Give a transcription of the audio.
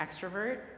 extrovert